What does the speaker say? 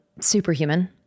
Superhuman